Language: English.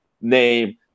name